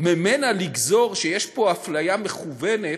ממנה לגזור שיש פה אפליה מכוונת,